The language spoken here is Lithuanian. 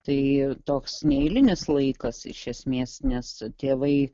tai toks neeilinis laikas iš esmės nes tėvai